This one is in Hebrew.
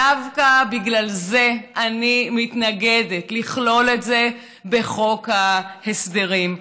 דווקא בגלל זה אני מתנגדת לכלול את זה בחוק ההסדרים,